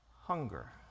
hunger